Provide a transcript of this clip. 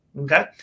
okay